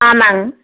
ஆமாம்ங்